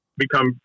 become